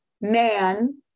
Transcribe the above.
man